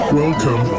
welcome